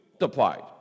multiplied